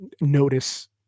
notice